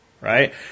right